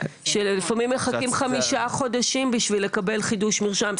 שלפעמים מחכים חמישה חודשים בשביל לקבל חידוש מרשם,